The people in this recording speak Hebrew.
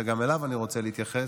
שגם אליו אני רוצה להתייחס,